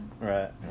Right